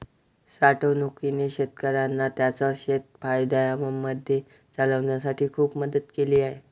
साठवणूकीने शेतकऱ्यांना त्यांचं शेत फायद्यामध्ये चालवण्यासाठी खूप मदत केली आहे